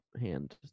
hand